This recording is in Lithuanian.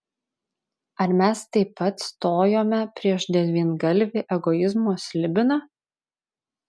ar mes taip pat stojome prieš devyngalvį egoizmo slibiną